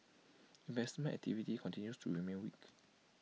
investment activity continues to remain weak